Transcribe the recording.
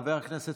חבר הכנסת